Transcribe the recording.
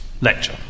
lecture